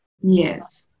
yes